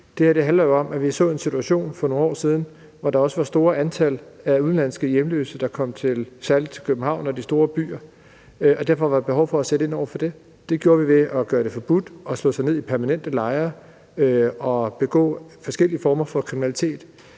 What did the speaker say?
Det her handler jo om, at vi for nogle år siden oplevede en situation, hvor der var et stort antal udenlandske hjemløse, der især kom til København og de store byer, og at der derfor var behov for at sætte ind over for det. Det gjorde vi ved at gøre det forbudt at slå sig ned i permanente lejre og begå forskellige former for kriminalitet.